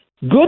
Good